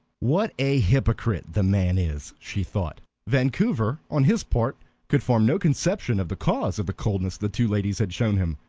what a hypocrite the man is! she thought. vancouver on his part could form no conception of the cause of the coldness the two ladies had shown him.